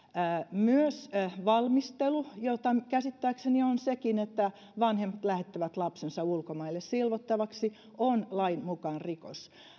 myös valmistelu jota käsittääkseni on sekin että vanhemmat lähettävät lapsensa ulkomaille silvottavaksi on lain mukaan rikos